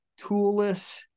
toolless